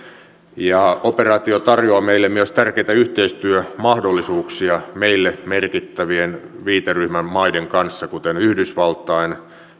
operaatio tarjoaa meille myös tärkeitä yhteistyömahdollisuuksia meille merkittävien viiteryhmämaiden kanssa kuten yhdysvaltain